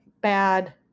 bad